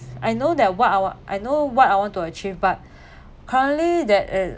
I know that what I wa~ I know what I want to achieve but currently that